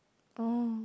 oh